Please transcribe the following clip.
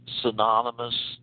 synonymous